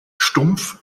stumpf